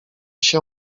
się